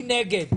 מי נגד,